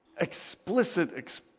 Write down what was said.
explicit